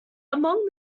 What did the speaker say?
among